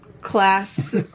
Class